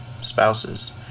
spouse's